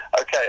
Okay